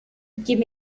give